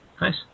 Nice